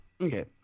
Okay